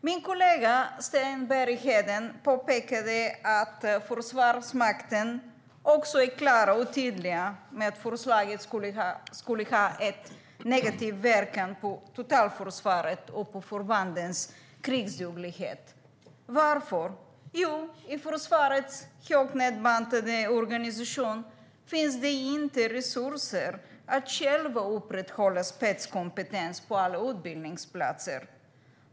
Min kollega, Sten Bergheden, påpekade att Försvarsmakten också är tydliga med att förslaget skulle ha negativ inverkan på totalförsvaret och förbandens krigsduglighet. Varför? Jo, i försvarets hårt nedbantade organisation finns det nämligen inte resurser för att de själva ska kunna upprätthålla spetskompetens på alla utbildningsplatser.